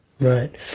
right